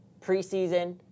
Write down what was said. preseason